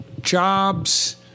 jobs